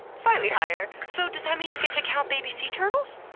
slightly higher. so, does that mean you get to count baby sea turtles?